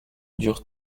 durent